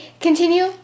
continue